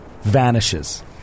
vanishes